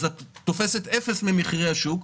את תופסת אפס ממחירי השוק.